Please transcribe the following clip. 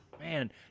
Man